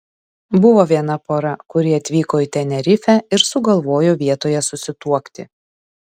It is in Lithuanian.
buvo viena pora kuri atvyko į tenerifę ir sugalvojo vietoje susituokti